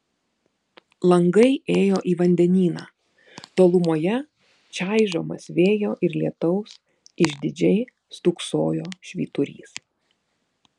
langai ėjo į vandenyną tolumoje čaižomas vėjo ir lietaus išdidžiai stūksojo švyturys